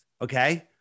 Okay